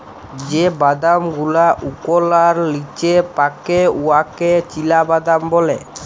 যে বাদাম গুলা ওকলার লিচে পাকে উয়াকে চিলাবাদাম ব্যলে